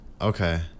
Okay